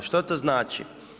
Što to znači?